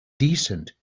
decent